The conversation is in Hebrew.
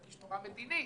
זה אירוע מדיני.